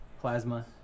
plasma